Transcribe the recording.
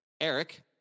Eric